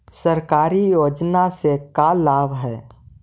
सरकारी योजना से का लाभ है?